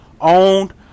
owned